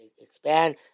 expand